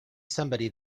somebody